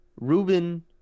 Ruben